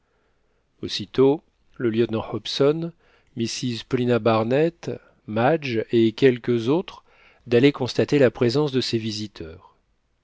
aussitôt le lieutenant hobson mrs paulina barnett madge et quelques autres d'aller constater la présence de ces visiteurs